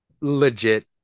legit